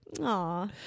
Aw